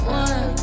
one